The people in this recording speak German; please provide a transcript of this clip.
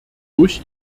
durch